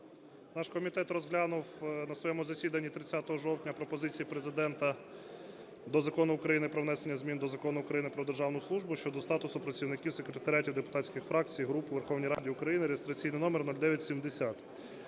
Наш комітет розглянув на своєму засіданні 30 жовтня пропозиції Президента до Закону України "Про внесення змін до Закону України "Про державну службу" щодо статусу працівників секретаріатів депутатських фракцій (груп) у Верховній Раді України" (реєстраційний номер 0970).